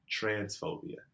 transphobia